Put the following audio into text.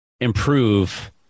improve